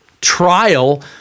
trial